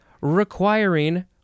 requiring